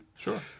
sure